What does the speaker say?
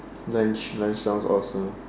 lunch lunch sounds awesome